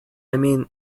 mean